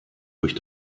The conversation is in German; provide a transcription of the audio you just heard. durch